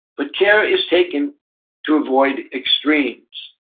but, care is taken to avoid extremes.